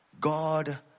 God